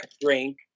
drink